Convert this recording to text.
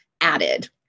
added